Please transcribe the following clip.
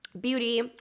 beauty